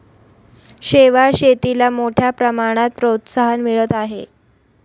शेवाळ शेतीला मोठ्या प्रमाणात प्रोत्साहन मिळत आहे